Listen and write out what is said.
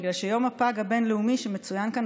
כיוון שיום הפג הבין-לאומי שמצוין כאן